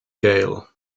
gale